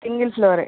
single ఫ్లోరే